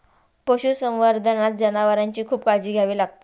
पशुसंवर्धनात जनावरांची खूप काळजी घ्यावी लागते